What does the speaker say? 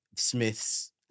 Smiths